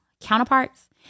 counterparts